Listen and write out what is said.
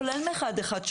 כולל מ-118,